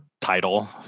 title